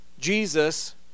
Jesus